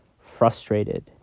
frustrated